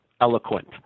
eloquent